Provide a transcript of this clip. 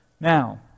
Now